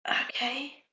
Okay